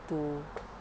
to